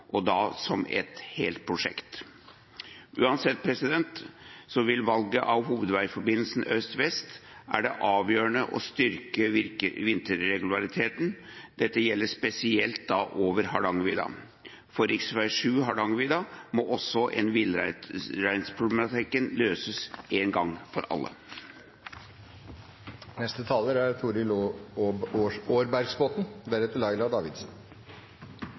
og da som et helt prosjekt. Uansett valg av hovedveiforbindelse øst–vest er det avgjørende å styrke vinterregulariteten. Dette gjelder spesielt over Hardangervidda. For rv. 7 Hardangervidda må også villreinsproblematikken løses en gang for alle. Som trønder er